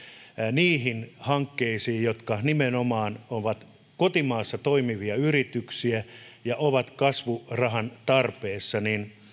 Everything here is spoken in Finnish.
niihin hankkeisiin jotka nimenomaan ovat kotimaassa toimivia yrityksiä ja ovat kasvurahan tarpeessa